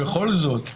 בכל זאת,